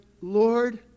Lord